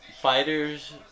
fighters